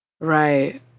right